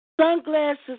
Sunglasses